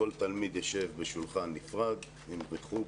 כל תלמיד ישב בשולחן נפרד, בריחוק,